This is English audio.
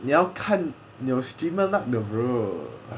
你要看你有 streamer luck 的 bro